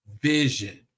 vision